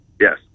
Yes